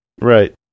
Right